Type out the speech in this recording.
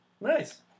Nice